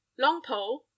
longpole